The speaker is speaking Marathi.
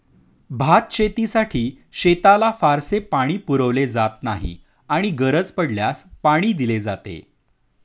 भातशेतीसाठी शेताला फारसे पाणी पुरवले जात नाही आणि गरज पडल्यास पाणी दिले जाते